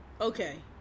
Okay